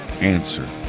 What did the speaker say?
answer